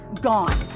gone